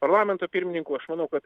parlamento pirmininku aš manau kad